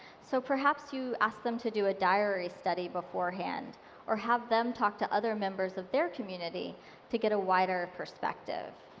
so, perhaps, you ask them to do a diary study beforehand or have them talk to other members of their community to get a wider perspective.